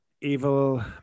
evil